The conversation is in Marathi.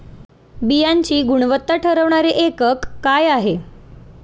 बियाणांची गुणवत्ता ठरवणारे एकक आहे का?